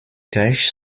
durch